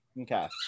Okay